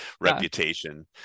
reputation